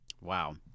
Wow